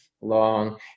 long